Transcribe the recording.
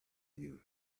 you